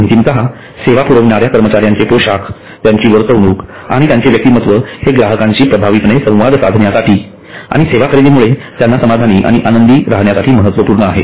अंतिमतः सेवा पुरवणाऱ्या कर्मचाऱ्यांचे पोशाख त्यांची वर्तणूक आणि व्यक्तिमत्त्व हे ग्राहकांशी प्रभावीपणे संवाद साधण्यासाठी आणि सेवा खरेदीमुळे त्यांना समाधानी आणि आनंदी राहण्यासाठी महत्त्वपूर्ण आहे